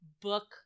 book